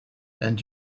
and